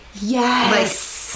Yes